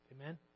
Amen